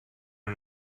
and